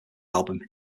album